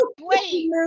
wait